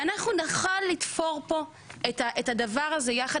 ואנחנו נוכל לתפור פה את הדבר הזה ביחד.